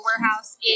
Warehouse